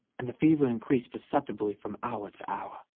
and the fever increased perceptibly from hour to hour.